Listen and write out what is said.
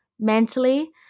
mentally